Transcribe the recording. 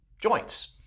joints